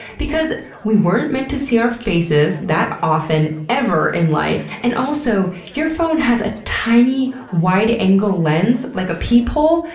because we weren't meant to see our faces that often ever in life, and also, your phone has a tiny wide-angle lens, like a peephole,